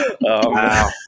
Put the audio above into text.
Wow